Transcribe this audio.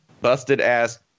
busted-ass